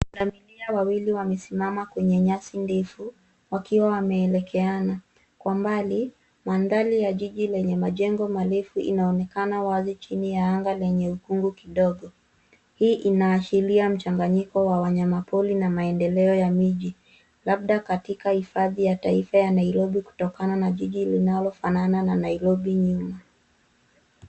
Pundamilia wawili wamesimama kwenye nyasi ndefu wakiwa wameelekeana. Kwa mbali mandhari ya jiji lenye majengo marefu inaonekana wazi chini ya anga lenye ukungu kidogo. Hii inaashiria mchanganyiko wa wanyama pori na maendeleo ya miji, labda katika hifadhi ya taifa ya Nairobi kutokana na jiji linalofanana na Nairobi nyuma.